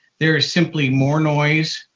there is simply more noise,